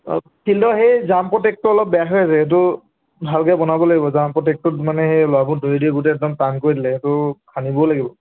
অঁ ফিল্ডৰ সেই জাম্প প্ৰটেকটো অলপ বেয়া হৈ আছে সেইটো ভালকৈ বনাব লাগিব জাম্প প্ৰটেকটোত মানে সেই ল'ৰাবোৰ দৌৰি দৌৰি গোটেই একদম টান কৰি দিলে সেইটো খান্দিবও লাগিব